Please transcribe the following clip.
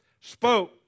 spoke